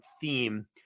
theme